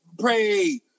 Pray